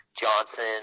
Johnson